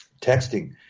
texting